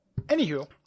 anywho